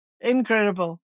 Incredible